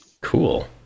cool